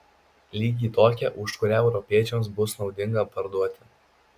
lygiai tokią už kurią europiečiams bus naudinga parduoti